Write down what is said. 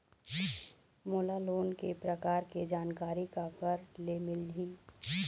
मोला लोन के प्रकार के जानकारी काकर ले मिल ही?